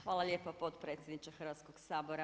Hvala lijepa potpredsjedniče Hrvatskog sabora.